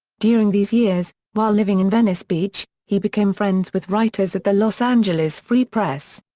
during these years, while living in venice beach, he became friends with writers at the los angeles free press.